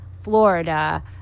Florida